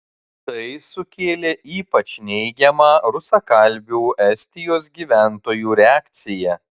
tai sukėlė ypač neigiamą rusakalbių estijos gyventojų reakciją